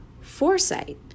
foresight